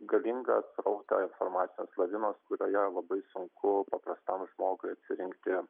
galingą srautą informacijos lavinos kurioje labai sunku paprastam žmogui atsirinkti